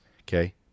Okay